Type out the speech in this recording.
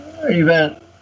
event